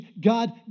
God